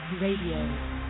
Radio